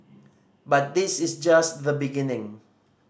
but this is just the beginning